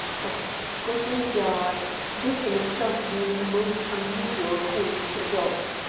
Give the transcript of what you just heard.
but to scotland yard this in itself being a most unusual course to adopt.